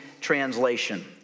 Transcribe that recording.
translation